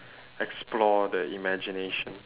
explore the imagination